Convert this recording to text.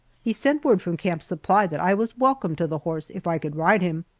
he sent word from camp supply that i was welcome to the horse if i could ride him!